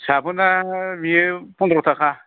साबोना बियो फन्द्रताखा